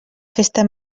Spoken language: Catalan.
festa